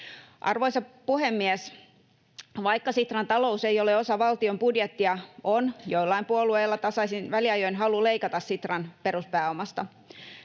Arvoisa puhemies! Vaikka Sitran talous ei ole osa valtion budjettia, on joillain puolueilla tasaisin väliajoin halua leikata Sitran peruspääomasta.